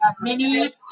mini